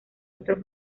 otros